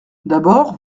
d’abord